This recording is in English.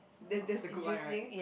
that that's a good one right